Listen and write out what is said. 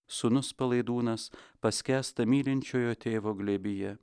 sūnus palaidūnas paskęsta mylinčiojo tėvo glėbyje